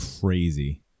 crazy